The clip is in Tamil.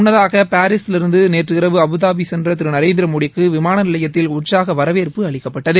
முன்னதாக பாரீஸிலிருந்து நேற்று இரவு அபுதபி சென்ற திரு நரேந்திரமோடிக்கு விமான நிலையத்தில் உற்சாக வரவேற்பு அளிக்கப்பட்டது